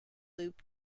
loop